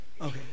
Okay